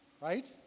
right